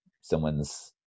someone's